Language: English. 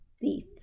thief